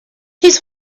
his